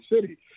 city